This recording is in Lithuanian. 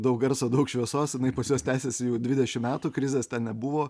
daug garso daug šviesos jinai pas juos tęsiasi jau dvidešimt metų krizės ten nebuvo